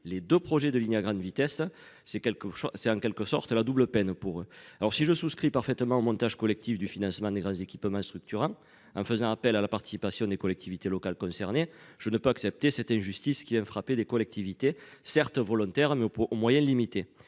les 2 projets de lignes à grande vitesse, c'est quelque chose c'est en quelque sorte la double peine pour eux. Alors si je souscris parfaitement au montage collective du financement des grands équipements structurants en faisant appel à la participation des collectivités locales concernées. Je ne peux accepter cette injustice qui frapper des collectivités certes volontaire mais aux moyens limités,